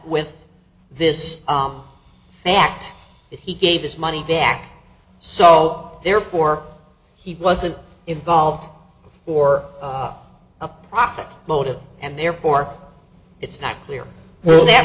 with this fact that he gave this money back so therefore he wasn't involved or a profit motive and therefore it's not clear that